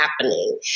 happening